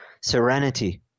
serenity